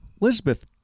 Elizabeth